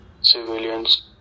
civilians